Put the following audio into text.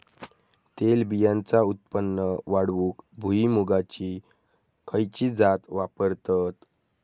तेलबियांचा उत्पन्न वाढवूक भुईमूगाची खयची जात वापरतत?